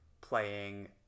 playing